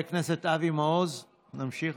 חבר הכנסת אבי מעוז, נמשיך